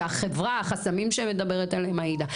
החסמים שמדברת עליהם עאידה.